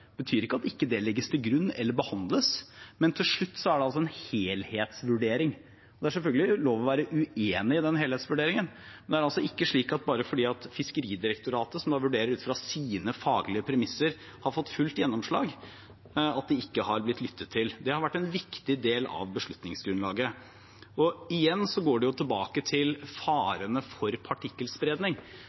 betyr ikke at de ikke legges til grunn eller behandles, men til slutt er det altså en helhetsvurdering. Det er selvfølgelig lov å være uenig i den helthetsvurderingen, men det er altså ikke slik at bare fordi Fiskeridirektoratet, som vurderer ut fra sine faglige premisser, ikke har fått fullt gjennomslag, har de ikke blitt lyttet til. De har vært en viktig del av beslutningsgrunnlaget. Igjen går det tilbake til farene for partikkelspredning.